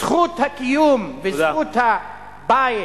זכות הקיום וזכות הבית